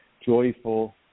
joyful